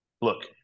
look